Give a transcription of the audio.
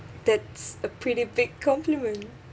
that's a pretty big compliment